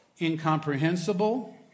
incomprehensible